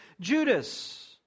Judas